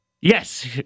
Yes